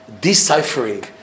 deciphering